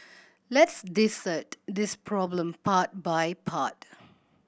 let's dissect this problem part by part